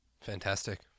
Fantastic